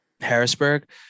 Harrisburg